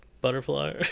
butterfly